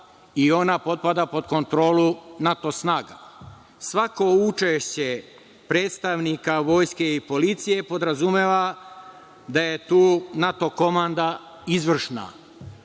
i ona potpada pod kontrolu NATO snaga. Svako učešće predstavnika vojske i policije podrazumeva da je tu NATO komanda izvršna.